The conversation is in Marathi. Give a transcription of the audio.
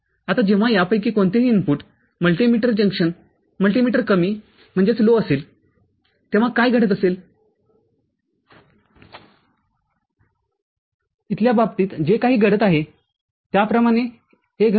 आता जेव्हा यापैकी कोणतेही इनपुट मल्टीइमीटर इनपुटकमी असेल तेव्हा काय घडत असेल DTL च्या बाबतीत जे घडत होते त्याप्रमाणेच हे घडत आहे